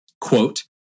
quote